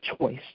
choice